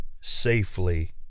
safely